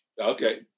Okay